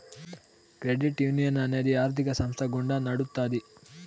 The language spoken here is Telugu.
క్రెడిట్ యునియన్ అనేది ఆర్థిక సంస్థ గుండా నడుత్తాది